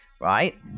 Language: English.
right